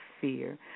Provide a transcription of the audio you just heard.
fear